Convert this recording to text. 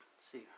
see